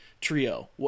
trio